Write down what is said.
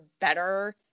better